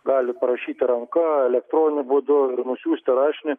gali parašyti ranka elektroniniu būdu ir nusiųsti rašinį